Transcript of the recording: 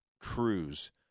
cruise